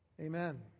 Amen